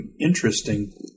interesting